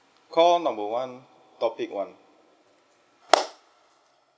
call number one topic one